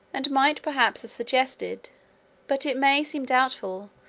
and might perhaps have suggested but it may seem doubtful,